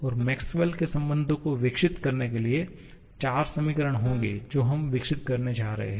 और मैक्सवेल के संबंधों Maxwells relations को विकसित करने के लिए चार समीकरण होंगे जो हम विकसित करने जा रहे हैं